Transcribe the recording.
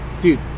dude